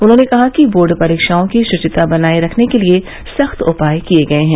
उन्होंने कहा कि बोर्ड परीक्षाओं की श्चिता बनाये रखने के लिए सख़्त उपाय किये गये हैं